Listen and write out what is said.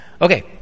Okay